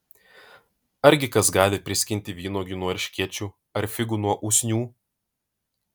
argi kas gali priskinti vynuogių nuo erškėčių ar figų nuo usnių